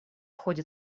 ходе